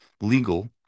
legal